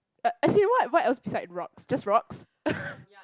but as in what what else beside rocks just rocks